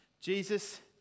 Jesus